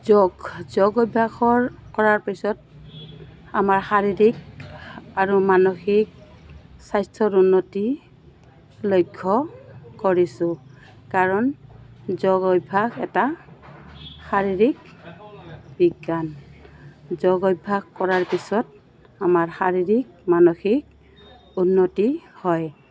যোগ যোগ অভ্যাসৰ কৰাৰ পিছত আমাৰ শাৰীৰিক আৰু মানসিক স্বাস্থ্যৰ উন্নতি লক্ষ্য কৰিছোঁ কাৰণ যোগ অভ্যাস এটা শাৰীৰিক বিজ্ঞান যোগ অভ্যাস কৰাৰ পিছত আমাৰ শাৰীৰিক মানসিক উন্নতি হয়